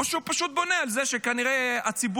או שהוא פשוט בונה על זה שכנראה הציבור,